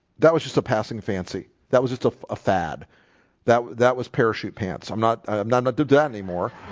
that was just a passing fancy. that was just a fad that that was parachute pants. i'm not i'm not not do that anymore